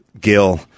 Gil